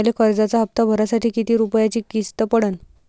मले कर्जाचा हप्ता भरासाठी किती रूपयाची किस्त पडन?